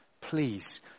Please